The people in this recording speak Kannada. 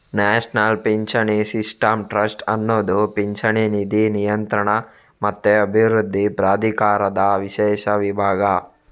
ನ್ಯಾಷನಲ್ ಪಿಂಚಣಿ ಸಿಸ್ಟಮ್ ಟ್ರಸ್ಟ್ ಅನ್ನುದು ಪಿಂಚಣಿ ನಿಧಿ ನಿಯಂತ್ರಣ ಮತ್ತೆ ಅಭಿವೃದ್ಧಿ ಪ್ರಾಧಿಕಾರದ ವಿಶೇಷ ವಿಭಾಗ